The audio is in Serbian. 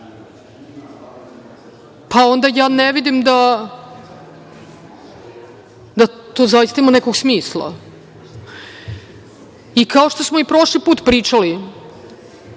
pa onda ja ne vidim da to zaista ima nekog smisla. Kao što smo i prošli put pričali,